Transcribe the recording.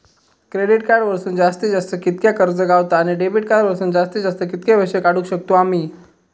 Credit card वरसून जास्तीत जास्त कितक्या कर्ज गावता, आणि डेबिट कार्ड वरसून जास्तीत जास्त कितके पैसे काढुक शकतू आम्ही?